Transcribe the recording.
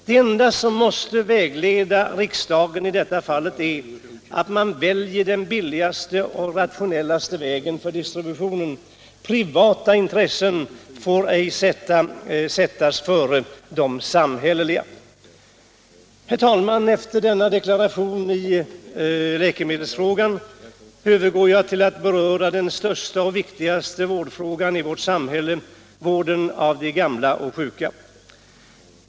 Det enda som måste vägleda riksdagen i det här fallet är att man väljer den billigaste och rationellaste vägen för distributionen. Privata intressen får ej sättas före de samhälleliga. Herr talman! Efter denna deklaration i läkemedelsfrågan övergår jag till att beröra den största och viktigaste vårdfrågan i vårt samhälle: Frågan om vården av de gamla och de sjuka.